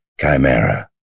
Chimera